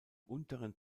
unteren